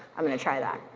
i'm gonna try that.